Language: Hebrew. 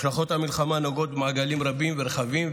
השלכות המלחמה נוגעות במעגלים רבים ורחבים,